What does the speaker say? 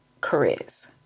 careers